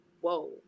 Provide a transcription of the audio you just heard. whoa